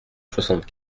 soixante